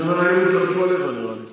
אני אומר, היום התלבשו עליך, נראה לי.